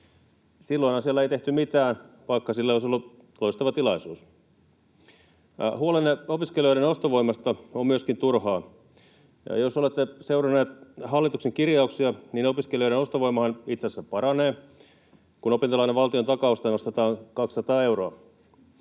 Silloinhan siellä ei tehty mitään, vaikka sille olisi ollut loistava tilaisuus. Huolenne opiskelijoiden ostovoimasta on myöskin turhaa. Jos olette seuranneet hallituksen kirjauksia, niin opiskelijoiden ostovoimahan itse asiassa paranee, kun opintolainan valtiontakausta nostetaan 200 euroa.